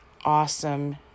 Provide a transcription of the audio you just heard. awesome